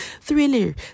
thriller